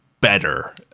better